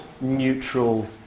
neutral